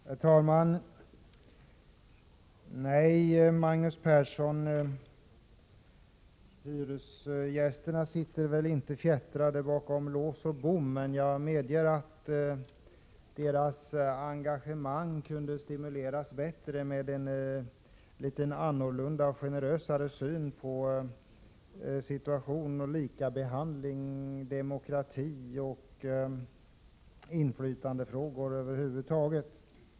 Herr talman! Nej, Magnus Persson, hyresgästerna sitter väl inte fjättrade bakom lås och bom, men jag medger att deras engagemang kunde stimuleras "bättre med en annan och generösare syn på den fastighetsrättsliga lagstiftningen med likabehandling och demokrati i inflytandefrågor över huvud taget.